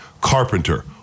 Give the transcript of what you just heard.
Carpenter